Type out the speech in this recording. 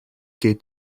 geht